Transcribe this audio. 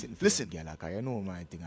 Listen